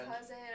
cousin